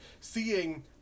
Seeing